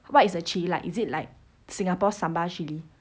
what is the chilli like is it like singapore sambal chilli